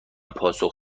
پاسخ